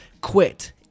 quit